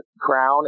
crown